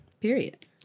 Period